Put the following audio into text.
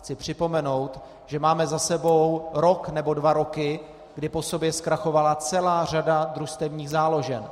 Chci připomenout, že máme za sebou rok nebo dva roky, kdy po sobě zkrachovala celá řada družstevních záložen.